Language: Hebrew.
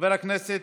חבר הכנסת